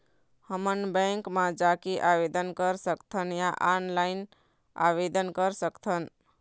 हमन बैंक मा जाके आवेदन कर सकथन या ऑनलाइन आवेदन कर सकथन?